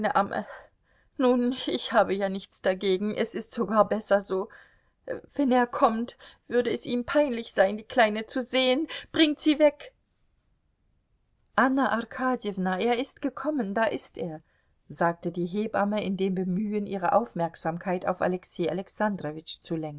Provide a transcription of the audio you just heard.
nun ich habe ja nichts dagegen es ist sogar besser so wenn er kommt würde es ihm peinlich sein die kleine zu sehen bringt sie weg anna arkadjewna er ist gekommen da ist er sagte die hebamme in dem bemühen ihre aufmerksamkeit auf alexei